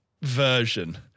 version